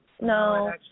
No